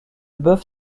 bœuf